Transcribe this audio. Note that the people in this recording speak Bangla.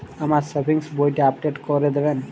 আমার সেভিংস বইটা আপডেট করে দেবেন?